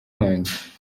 wanjye